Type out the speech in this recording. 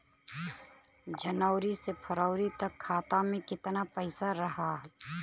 जनवरी से फरवरी तक खाता में कितना पईसा रहल?